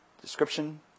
description